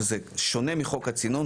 שזה שונה מחוק הצינון,